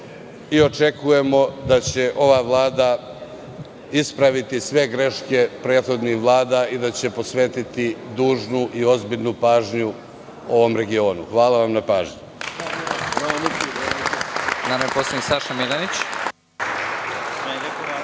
Očekujemo da će ova vlada ispraviti sve greške prethodnih vlada i da će posvetiti dužnu i ozbiljnu pažnju o ovom regionu. Hvala vam na pažnji.